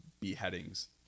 beheadings